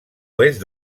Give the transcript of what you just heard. oest